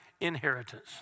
inheritance